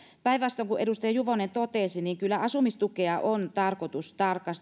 päinvastoin kuin edustaja juvonen totesi niin kyllä asumistukea on tarkoitus